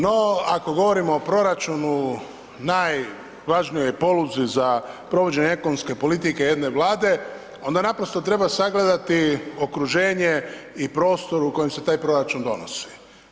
No, ako govorimo o proračunu, najvažnijoj poluzi za provođenje ekonomske politike jedne Vlade, onda naprosto treba sagledati okruženje i prostor u kojem se taj proračun donosi.